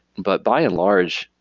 but by and large,